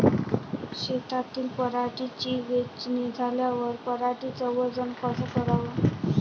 शेतातील पराटीची वेचनी झाल्यावर पराटीचं वजन कस कराव?